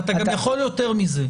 אתה יכול גם יותר מזה.